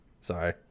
sorry